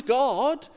god